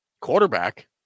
quarterback